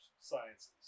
sciences